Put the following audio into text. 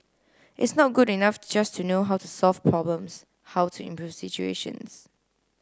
it's not good enough just to know how to solve problems how to improve situations